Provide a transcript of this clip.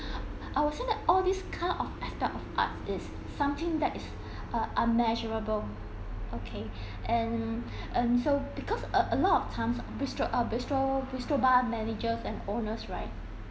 I would say that all this kind of effort art is something that is uh unmeasurable okay and and so because uh a lot of times bistro uh bistro bistro bar managers and owners right